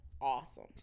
awesome